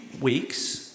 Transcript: weeks